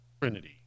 Trinity